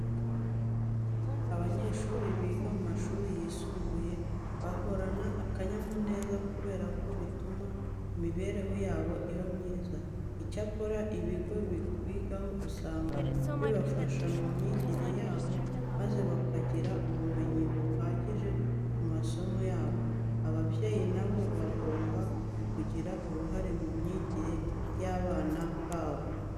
Abanyeshuri biga mu mashuri yisumbuye, bahorana akanyamuneza kubera ko bituma imibereho yabo iba myiza. Icyakora, ibigo bigaho usanga bibafasha mu myigire yabo maze bakagira ubumenyi buhagije ku masomo yabo. Ababyeyi na bo bagomba kugira ururahe mu myigire y'abana babo.